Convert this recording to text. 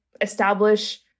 establish